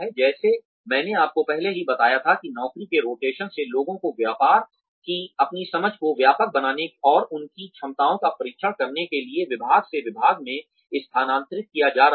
जैसे मैंने आपको पहले ही बताया था कि नौकरी के रोटेशन से लोगों को व्यापार की अपनी समझ को व्यापक बनाने और उनकी क्षमताओं का परीक्षण करने के लिए विभाग से विभाग में स्थानांतरित किया जा रहा है